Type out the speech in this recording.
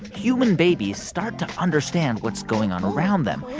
human babies start to understand what's going on around them.